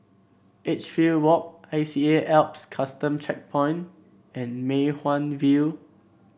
Edgefield Walk I C A Alps Custom Checkpoint and Mei Hwan View